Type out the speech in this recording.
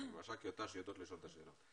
שמשק"יות תנאי שירות יודעות לשאול את השאלות.